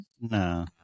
No